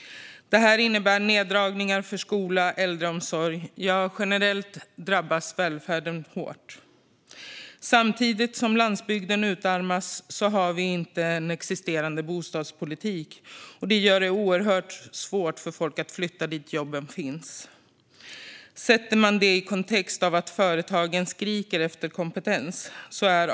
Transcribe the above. Det innebär neddragningar för skola och äldreomsorg - ja, generellt drabbas välfärden hårt. Samtidigt som landsbygden utarmas har vi inte en existerande bostadspolitik. Det gör det oerhört svårt för folk att flytta dit jobben finns. Man kan sätta det i kontexten att företagen skriker efter kompetens.